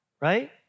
Right